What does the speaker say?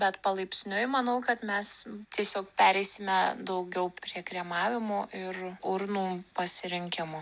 bet palaipsniui manau kad mes tiesiog pereisime daugiau prie kremavimo ir urnų pasirinkimo